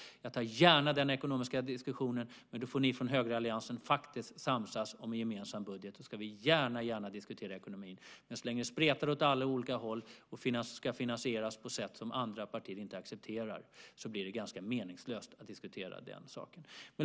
Jag tar gärna den ekonomiska diskussionen, men då får ni från högeralliansen faktiskt samsas om gemensam budget. Då ska vi gärna diskutera ekonomin. Men så länge det spretar åt alla håll och finansieringen ska ske på ett sätt som andra partier inte accepterar blir det meningslöst att diskutera den saken.